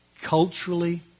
culturally